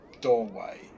doorway